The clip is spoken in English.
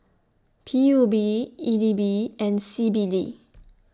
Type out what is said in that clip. P U B E D B and C B D